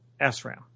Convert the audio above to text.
SRAM